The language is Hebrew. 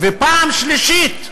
ופעם שלישית,